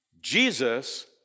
Jesus